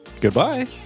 Goodbye